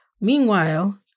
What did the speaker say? Meanwhile